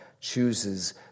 chooses